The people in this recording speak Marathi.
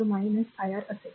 तर ते v iR असेल